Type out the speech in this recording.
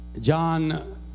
John